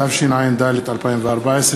התשע"ד 2014,